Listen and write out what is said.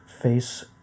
face